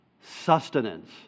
Sustenance